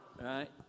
Right